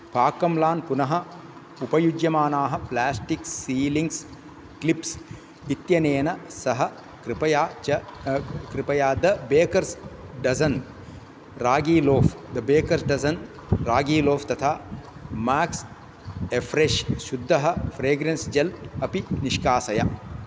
Fackelmann पुनः उपयुज्यमानाः plastic sealing clips इत्यनेन सह कृपया च कृपया the baker's dozen ragi loaf the baker's dozen ragi loaf तथा मेक्स् एफ़्फ़्रेश् शुद्धः फ्रेग्रेन्स् जेल् अपि निष्कासय